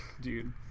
dude